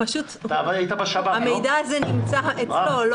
המידע הזה נמצא אצלו.